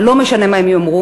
אבל לא משנה מה הם יאמרו,